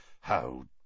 How